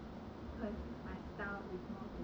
usually I prefer casual